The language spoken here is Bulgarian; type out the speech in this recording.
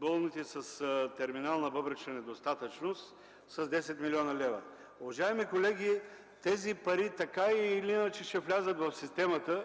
болните с терминална бъбречна недостатъчност с 10 млн. лв. Уважаеми колеги, тези пари така или иначе ще влязат в системата,